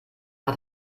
war